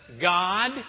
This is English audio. God